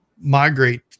migrate